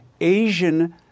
Asian